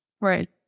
Right